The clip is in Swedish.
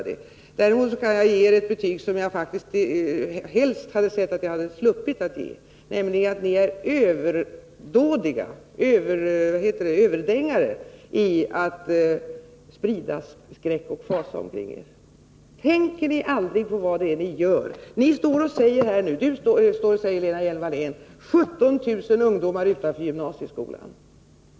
Däremot kan jag ge er ett betyg, som jag helst hade sett att jag sluppit ge, nämligen att ni är överdängare i att sprida skräck och fasa omkring er. Tänker ni aldrig på vad ni gör? Lena Hjelm-Wallén säger nu att 17 000 ungdomar står utanför gymnasieskolan.